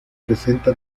presenta